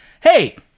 hey